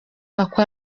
ako